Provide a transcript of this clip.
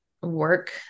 work